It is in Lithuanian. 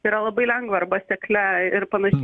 yra labai lengva arba sekle ir panašiai